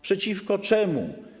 Przeciwko czemu?